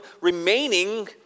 remaining